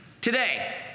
today